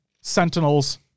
Sentinels